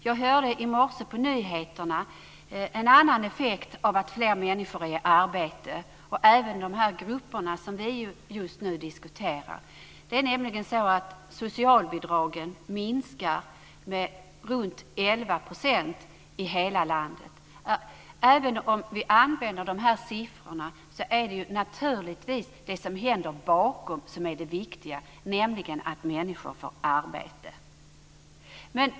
Jag hörde i morse på nyheterna en annan effekt av att fler människor är i arbete, även i de grupper vi just nu diskuterar. Socialbidragen minskar med ca 11 % i hela landet. Även om vi använder siffrorna är det naturligtvis det som händer bakom som är det viktiga, nämligen att människor får arbete.